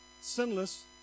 sinless